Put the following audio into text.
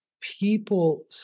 people